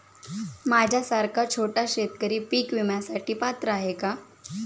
माझ्यासारखा छोटा शेतकरी पीक विम्यासाठी पात्र आहे का?